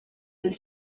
del